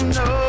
no